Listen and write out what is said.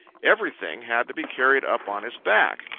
everything had to be carried up on his back.